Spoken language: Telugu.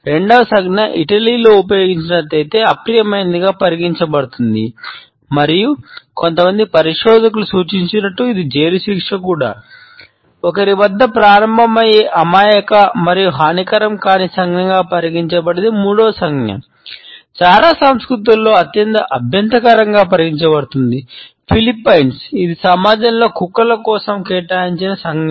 రెండవ సంజ్ఞ ఇటలీలో ఇది సమాజంలోని కుక్కల కోసం కేటాయించిన సంజ్ఞ